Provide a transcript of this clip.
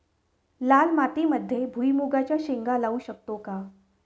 लाल मातीमध्ये भुईमुगाच्या शेंगा लावू शकतो का?